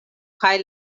kaj